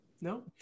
No